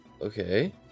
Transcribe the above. okay